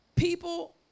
people